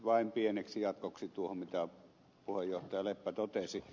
vain pieneksi jatkoksi tuohon mitä puheenjohtaja leppä totesi